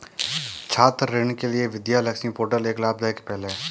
छात्र ऋण के लिए विद्या लक्ष्मी पोर्टल एक लाभदायक पहल है